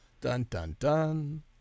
Dun-dun-dun